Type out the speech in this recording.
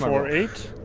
four, eight?